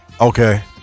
Okay